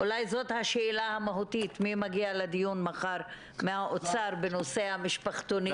אולי זאת השאלה המהותית מי מגיע לדיון מחר מהאוצר בנושא המשפחתונים.